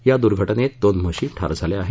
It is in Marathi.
या दुर्घटनेत दोन म्हशी ठार झाल्या आहेत